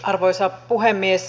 arvoisa puhemies